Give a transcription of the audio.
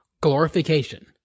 glorification